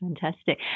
fantastic